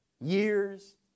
years